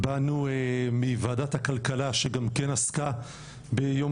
באנו מוועדת הכלכלה שגם כן עסקה ביום